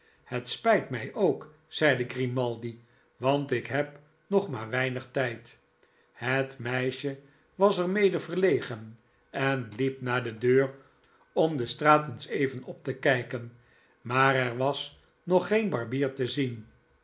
het spijt mij ook zeide grimaldi want ik heb nog maar weinig tijd het meisje was er mede verlegen en hep naar de deur om de straat eens even op te kyken maar er was nog geen barbier te zien